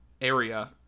area